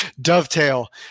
dovetail